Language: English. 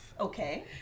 Okay